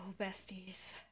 besties